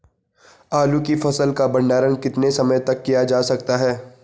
आलू की फसल का भंडारण कितने समय तक किया जा सकता है?